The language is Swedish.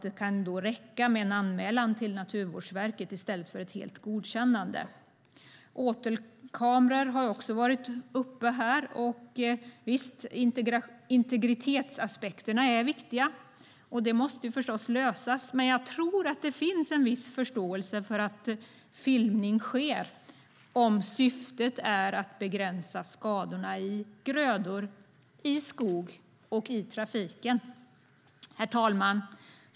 Då kan det räcka med en anmälan till Naturvårdsverket i stället för ett helt godkännande. Åtelkameror har också tagits upp i debatten. Visst är integritetsaspekterna viktiga, och de måste förstås lösas. Jag tror dock att det finns viss förståelse för att filmning sker om syftet är att begränsa skadorna på grödor, i skog och i trafik. Herr talman!